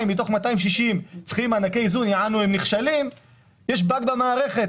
200 מתוך 260 צריכות מענקי איזון אז יש באג במערכת